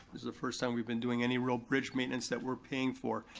is the first time we've been doing any real bridge maintenance that we're paying for.